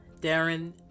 Darren